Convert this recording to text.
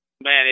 Man